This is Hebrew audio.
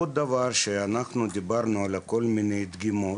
עוד דבר שאנחנו דיברנו, כל מיני דגימות,